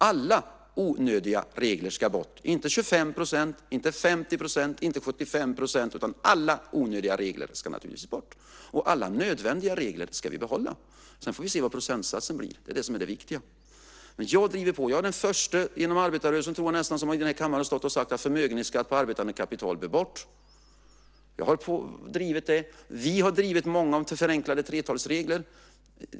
Alla onödiga regler ska bort - inte 25 %, inte 50 %, inte 75 % utan alla onödiga regler ska naturligtvis bort. Och alla nödvändiga regler ska vi behålla. Sedan får vi se vad procentsatsen blir. Det är inte det som är det viktiga. Jag driver på. Jag är nästan den förste inom arbetarrörelsen, tror jag, som i den här kammaren har stått och sagt att förmögenhetsskatt på arbetande kapital bör tas bort. Jag har drivit det. Många av oss har drivit förenklade 3:12-regler.